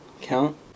count